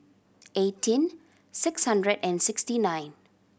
eighteen six hundred and sixty nine